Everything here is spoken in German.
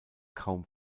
kaum